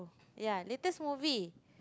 ya latest movie